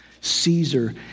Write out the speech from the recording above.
Caesar